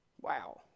Wow